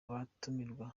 batumirwa